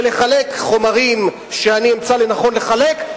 ולחלק חומרים שאני אמצא לנכון לחלק,